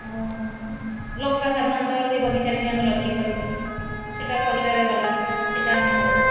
ଆଉ ଲଙ୍କା ସାଧାରଣତଃ ସେ ବଗିଚାରେ ବି ଆମେ ଲଗାଇପାରୁ ସେଇଟା ପରିବାରେ ଗଲା ସେଇଟା ଆମେ ଦେଉ